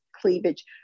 cleavage